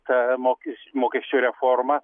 ta mokes mokesčių reforma